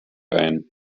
ein